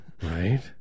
Right